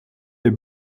est